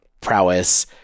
prowess